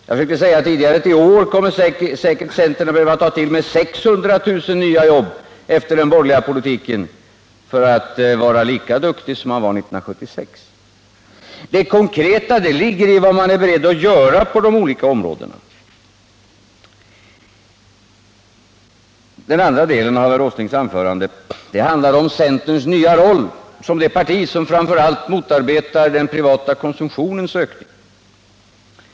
Jag sade tidigare att centern i år, efter den borgerliga politiken, säkert kommer att behöva ta till 600 000 nya jobb för att vara lika duktig som 1976. Det konkreta ligger i vad man är beredd att göra i olika avseenden. Den andra delen av herr Åslings anförande handlade om centerns nya roll som det parti som framför allt motarbetar den privata konsumtionens ökning.